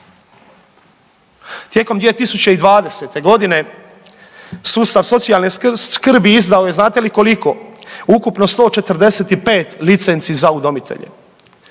Tijekom 2020.g. sustav socijalne skrbi izdao je znate li koliko? Ukupno 145 licenci za udomitelje,